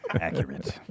accurate